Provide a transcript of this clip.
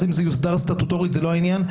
אם זה יוסדר סטטוטורית זה לא העניין.